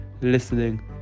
listening